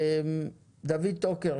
דוד טוקר,